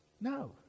no